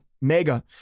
Mega